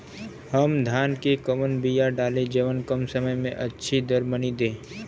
हम धान क कवन बिया डाली जवन कम समय में अच्छा दरमनी दे?